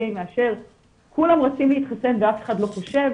מאשר כולם רצים להתחסן ואף אחד לא חושב,